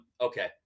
okay